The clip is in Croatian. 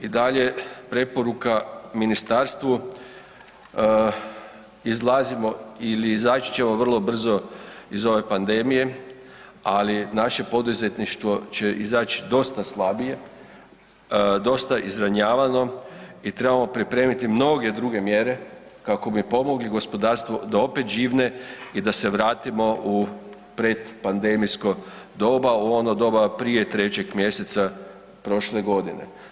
I dalje preporuka ministarstvu izlazimo ili izaći ćemo vrlo brzo iz ove pandemije, ali naše poduzetništvo će izaći dosta slabije, dosta izranjavano i trebamo pripremiti mnoge druge mjere kako bi pomogli gospodarstvu da opet živne i da se vratimo u predpandemijsko doba u ono doba prije 3. mjeseca prošle godine.